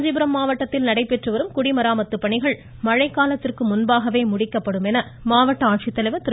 காஞ்சிபுரம் மாவட்டத்தில் நடைபெற்று வரும் குடிமராமத்து பணிகள் மழைக்காலத்திற்கு முன்பாகவே முடிக்கப்படும் என மாவட்ட ஆட்சித்தலைவர் திரு